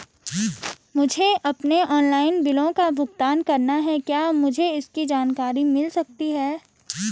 मुझे अपने ऑनलाइन बिलों का भुगतान करना है क्या मुझे इसकी जानकारी मिल सकती है?